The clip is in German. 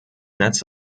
netz